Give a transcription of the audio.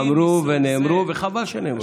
אמרו ונאמרו, וחבל שנאמרו.